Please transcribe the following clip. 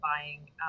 buying